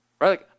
right